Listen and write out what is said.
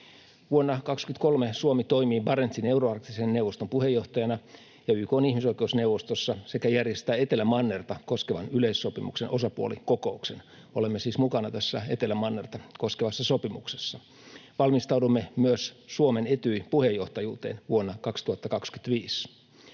Vuonna 23 Suomi toimii Barentsin euroarktisen neuvoston puheenjohtajana ja YK:n ihmisoikeusneuvostossa sekä järjestää Etelämannerta koskevan yleissopimuksen osapuolikokouksen. Olemme siis mukana tässä Etelämannerta koskevassa sopimuksessa. Valmistaudumme myös Suomen Etyj-puheenjohtajuuteen vuonna 2025.